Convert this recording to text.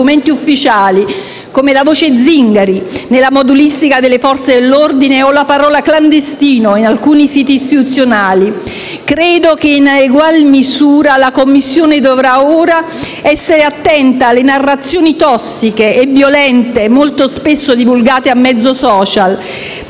ufficiali, come la voce «zingari» nella modulistica delle Forze dell'ordine o la parola «clandestino» in alcuni siti istituzionali. Credo che, in egual misura, la Commissione dovrà ora essere attenta alle narrazioni tossiche e violente, molto spesso divulgate a mezzo *social*,